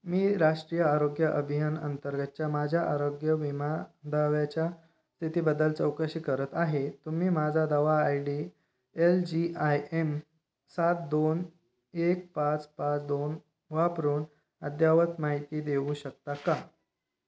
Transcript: मी राष्ट्रीय आरोग्य अभियान अंतर्गतच्या माझ्या आरोग्य विमा दाव्याच्या स्थितीबद्दल चौकशी करत आहे तुम्ही माझा दावा I D L G I M सात दोन एक पाच पाच दोन वापरून अद्ययावत माहिती देऊ शकता का